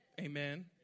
Amen